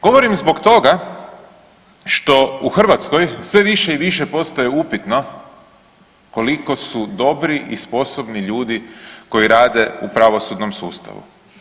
Govorim zbog toga što u Hrvatskoj sve više i više postaje upitno koliko su dobri i sposobni ljudi koji rade u pravosudnom sustavu.